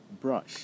brush